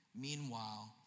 Meanwhile